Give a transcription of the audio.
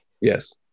yes